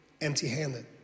empty-handed